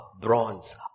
bronze